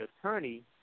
attorney